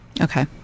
Okay